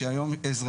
שזה שהיום אזרחים,